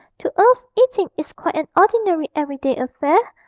to us eating is quite an ordinary everyday affair,